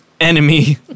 enemy